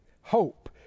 hope